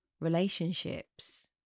relationships